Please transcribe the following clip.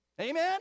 Amen